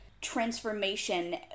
transformation